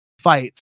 fights